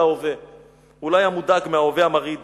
ההווה"; הוא לא היה מודאג מההווה המרעיד